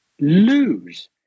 lose